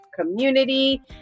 community